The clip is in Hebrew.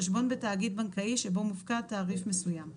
חשבון בתאגיד בנקאי שבו מופקד תעריף מסוים.